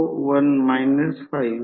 5 या क्षेत्रात 75 10 4 वेबर